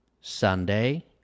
Sunday